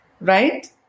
Right